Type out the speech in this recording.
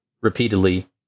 repeatedly